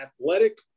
athletic